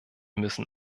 müssen